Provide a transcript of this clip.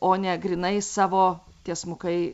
o ne grynai savo tiesmukai